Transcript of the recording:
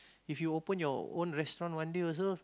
if you open your own restaurant one day also